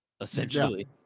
essentially